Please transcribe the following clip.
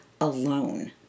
alone